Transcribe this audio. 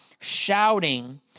shouting